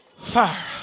Fire